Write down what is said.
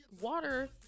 water